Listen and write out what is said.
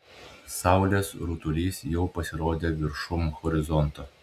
saulės rutulys jau pasirodė viršum horizonto